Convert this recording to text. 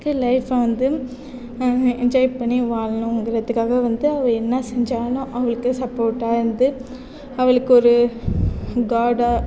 லைஃப்பை வந்து என்ஜாய் பண்ணி வாழணுங்கிறதுக்காக வந்து அவள் என்ன செஞ்சாலும் அவளுக்கு சப்போர்ட்டாயிருந்து அவளுக்கு ஒரு கார்டாக